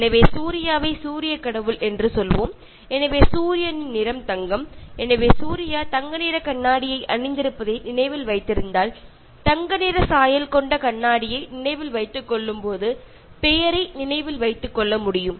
எனவே சூர்யாவை சூரிய கடவுள் என்று சொல்வோம் எனவே சூரியனின் நிறம் தங்கம் எனவே சூர்யா தங்க நிற கண்ணாடியை அணிந்திருப்பதை நினைவில் வைத்திருந்தால் தங்க நிற சாயல் கொண்ட கண்ணாடியை நினைவில் வைத்துக் கொள்ளும்போது பெயரை நினைவில் வைத்துக் கொள்ள முடியும்